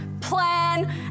plan